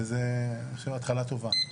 וזו התחלה טובה.